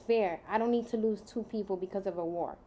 fair i don't need to move two people because of a war